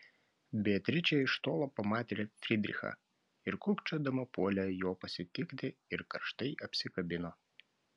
beatričė iš tolo pamatė frydrichą ir kūkčiodama puolė jo pasitikti ir karštai apsikabino